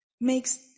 makes